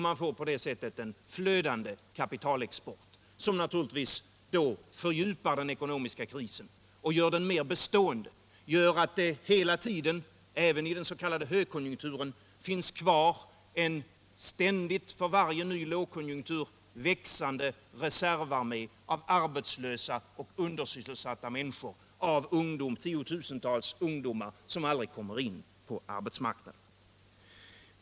Man får på det sättet en flödande kapitalexport — som naturligtvis fördjupar den ekonomiska krisen och gör den mer bestående, gör att det hela tiden, även i den s.k. högkonjunkturen, finns kvar en ständig, för varje ny lågkonjunktur växande reservarmé av arbetslösa och undersysselsatta människor, av ungdomar i tiotusental som aldrig kommer ut på arbetsmarknaden.